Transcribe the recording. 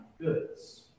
goods